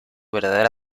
verdadera